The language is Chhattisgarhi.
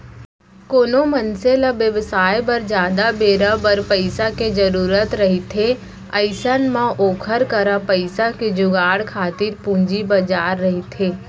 कोनो मनसे ल बेवसाय बर जादा बेरा बर पइसा के जरुरत रहिथे अइसन म ओखर करा पइसा के जुगाड़ खातिर पूंजी बजार रहिथे